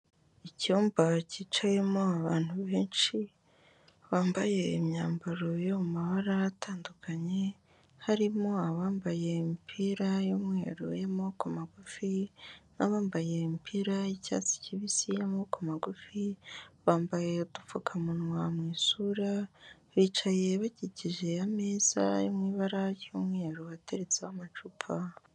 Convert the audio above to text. icyumba cyicayemo abantu benshi bambaye imyambaro yo mu mabara atandukanye harimo abambaye imipira y'umweruyemo ku magufi n'abambaye imipira y'icyatsi kibisi n'amaboko magufi bambaye udupfukamunwa mu isura bicaye bakikije ameza mu ibara ry'umweru wateretse amacupa..